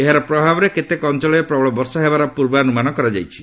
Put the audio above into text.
ଏହାର ପ୍ରଭାବରେ କେତେକ ଅଞ୍ଚଳରେ ପ୍ରବଳ ବର୍ଷା ହେବାର ପୂର୍ବାନୁମାନ କରାଯାଇଛି